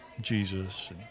Jesus